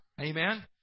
Amen